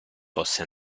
fosse